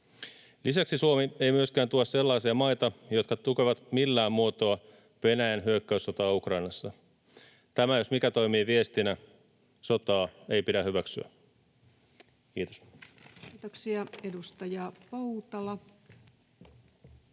Lisäksi Suomi ei myöskään tue sellaisia maita, jotka tukevat millään muotoa Venäjän hyökkäyssotaa Ukrainassa. Tämä jos mikä toimii viestinä: sotaa ei pidä hyväksyä. — Kiitos. [Speech 121]